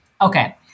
Okay